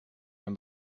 naar